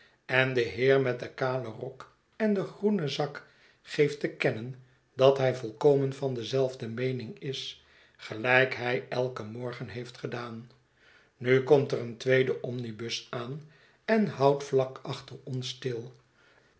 en de heer met den kalen rok en den groenen zak geeft te kennen dat hij volkomen van dezelfde meening is gelijk hij elken morgen heeft gedaan nu komt er een tweede omnibus aan en houdt vlak achter ons stil